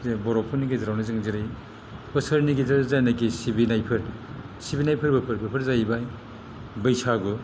जे बर'फोरनि गेजेरावनो जों जेरै बोसोरनि गेजेर जायनाकि सिबानायफोर सिबिनाय फोरबोफोर बेफोरो जाहैबाय बैसागु